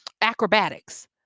acrobatics